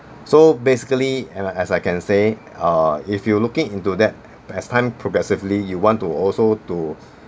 so basically and uh as I can say ah if you looking into that as time progressively you want to also to